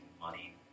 money